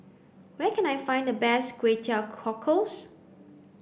where can I find the best Kway Teow Cockles